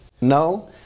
No